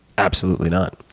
absolutely not.